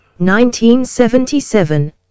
1977